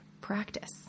practice